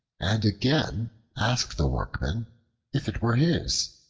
and again asked the workman if it were his.